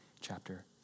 chapter